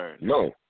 No